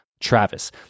Travis